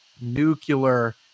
nuclear